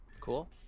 Cool